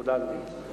תודה, אדוני.